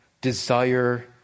desire